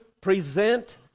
present